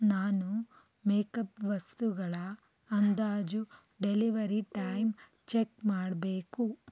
ನಾನು make up ವಸ್ತುಗಳ ಅಂದಾಜು ಡೆಲಿವರಿ ಟೈಮ್ ಚೆಕ್ ಮಾಡಬೇಕು